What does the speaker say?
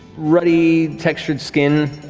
ruddy-textured skin.